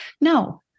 no